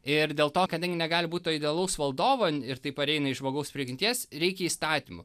ir dėl to kadangi negali būt to idealaus valdovo in ir tai pareina iš žmogaus prigimties reikia įstatymų